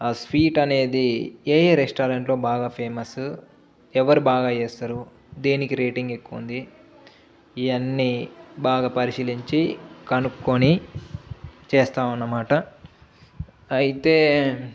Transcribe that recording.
ఆ స్వీట్ అనేది ఏ ఏ రెస్టారెంట్లో బాగా ఫేమస్ ఎవరు బాగా చేస్తారు దేనికి రేటింగ్ ఎక్కువ ఉంది ఇవన్నీ బాగా పరిశీలించి కనుక్కొని చేస్తామన్నమాట అయితే